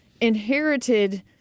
inherited